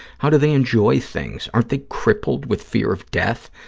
how do they enjoy things? aren't they crippled with fear of death?